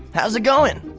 how's it going?